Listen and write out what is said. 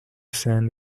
send